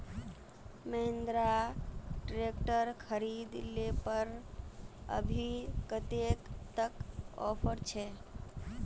Mahindra tractor खरीद ले पर अभी कतेक तक ऑफर छे?